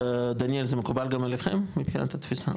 דניאל, זה מקובל גם עליכם, מבחינת התפיסה?